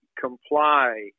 comply